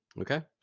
Okay